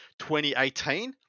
2018